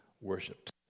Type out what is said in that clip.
worshipped